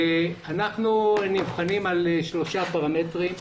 אנחנו נבחנים על שלושה פרמטרים.